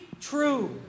true